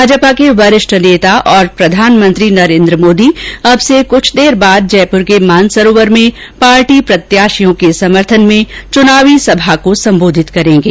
भाजपा के वरिष्ठ नेता और प्रधानमंत्री नरेन्द्र मोदी अब से कुछ देर बाद जयपुर के मानसरोवर में पार्टी प्रत्याषियों के समर्थन में चुनावी सभा को संबोधित करेंगे